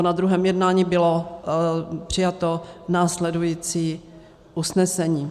Na druhém jednání bylo přijato následující usnesení.